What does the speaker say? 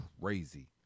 crazy